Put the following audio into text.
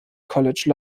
college